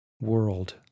world